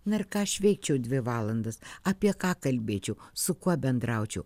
na ir ką aš veikčiau dvi valandas apie ką kalbėčiau su kuo bendraučiau